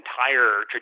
entire